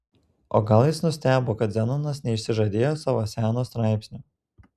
o gal jis nustebo kad zenonas neišsižadėjo savo seno straipsnio